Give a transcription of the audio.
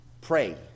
pray